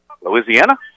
Louisiana